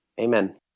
amen